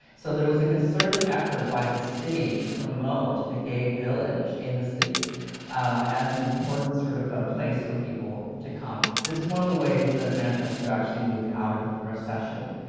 so there was a concerted effort by the city to promote the gay village in the city as an important sort of ah place for people to come. this was one of the ways that manchester actually moved out of the recession,